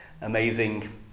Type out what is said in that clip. amazing